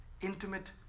intimate